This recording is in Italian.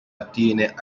attiene